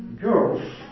Girls